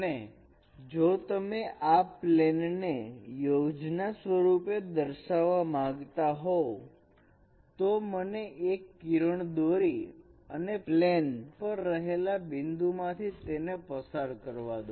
અને જો તમે આ પ્લેન ને યોજના સ્વરૂપે દર્શાવવા માંગતા હોવ તો મને એક કિરણ દોરી અને પ્લેન પર રહેલા બિંદુમાંથી તેને પસાર કરવા દો